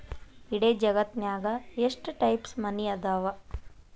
ಇಡೇ ಜಗತ್ತ್ನ್ಯಾಗ ಎಷ್ಟ್ ಟೈಪ್ಸ್ ಮನಿ ಅದಾವ